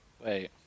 Wait